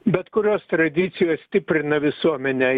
bet kurios tradicijos stiprina visuomenę